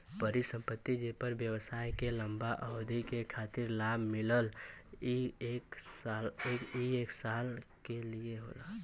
परिसंपत्ति जेपर व्यवसाय के लंबा अवधि के खातिर लाभ मिलला ई एक साल के लिये होला